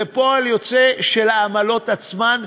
זה פועל יוצא של העמלות עצמן,